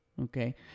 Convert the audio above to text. Okay